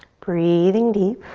breathing deep.